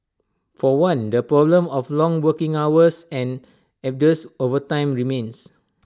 for one their problem of long working hours and arduous overtime remains